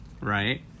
right